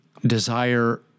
desire